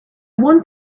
want